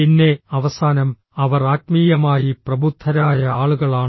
പിന്നെ അവസാനം അവർ ആത്മീയമായി പ്രബുദ്ധരായ ആളുകളാണ്